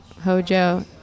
Hojo